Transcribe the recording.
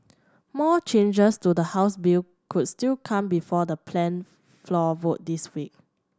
more changes to the House bill could still come before the planned floor vote this week